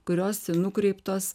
kurios nukreiptos